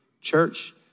Church